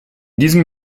diesem